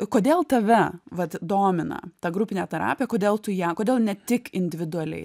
kodėl tave vat domina ta grupinė terapija kodėl tu ją kodėl ne tik individualiai